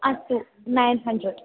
अस्तु nine hundred